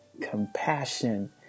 compassion